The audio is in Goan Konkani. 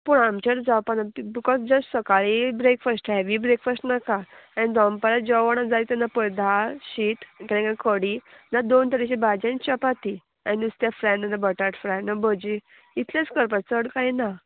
पूण आमचेर जावपा ना बिकॉज जस्ट सकाळी ब्रेकफास्ट हेवी ब्रेकफास्ट नाका आनी दनपार जेवण जाय तेन्ना पय दाळ शीत केन्ना कडी ना दोन तरेची भाजी आनी चपाती आनी नुस्त्या फ्राय ना ना बटाट फ्राय ना भजी इतलेच करपाचें चड कांय ना